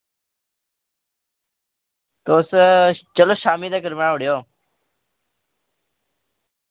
तुस चलो शाम्मी तकर बनाऊड़ेओ